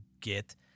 get